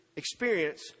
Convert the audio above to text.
Experience